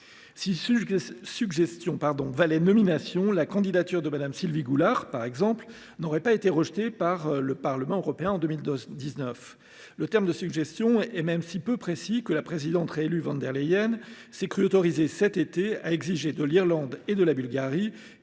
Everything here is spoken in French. Si « suggestion » valait nomination, la candidature de Mme Sylvie Goulard, par exemple, n’aurait pas été rejetée par le Parlement européen en 2019. Le terme de « suggestion » est même si peu précis que la présidente réélue von der Leyen s’est crue autorisée, cet été, à exiger de l’Irlande et de la Bulgarie